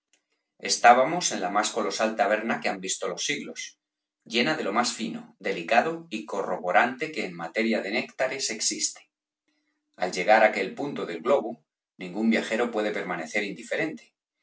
estábamos en la más colosal taberna que han visto los siglos llena de lo más fino delicado y corroborante que en materia de theros néctares existe al llegar á aquel punto del globo ningún viajero puede permanecer indiferente